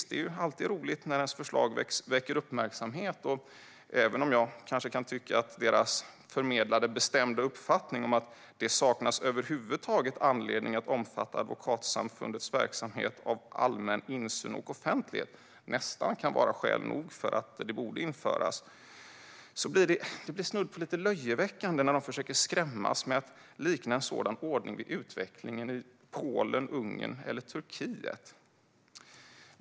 Det är alltid roligt när ens förslag väcker uppmärksamhet, och även om jag kan tycka att deras förmedlade bestämda uppfattning - "det saknas överhuvudtaget anledning att omfatta Advokatsamfundets verksamhet av allmän insyn och offentlighet" - nästan kan vara skäl nog för att det borde införas blir det snudd på löjeväckande när de försöker skrämmas genom att likna en sådan ordning vid utvecklingen i Polen, Ungern eller Turkiet.